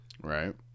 Right